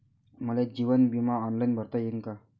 मले जीवन बिमा ऑनलाईन भरता येईन का?